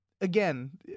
Again